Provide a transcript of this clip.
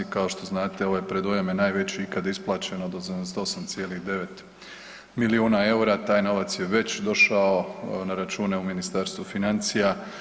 Kao što znate, ovaj predujam je najveći ikad isplaćen, ... 8,9 milijuna eura, taj novac je već došao na račune u ministarstvu financija.